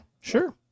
sure